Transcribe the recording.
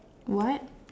what